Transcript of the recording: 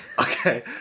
Okay